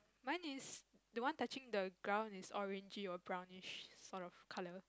mine is the one touching the ground is orangy or brownish sort of color